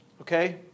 okay